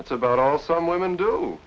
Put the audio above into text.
that's about all some women do